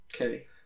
Okay